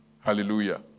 Hallelujah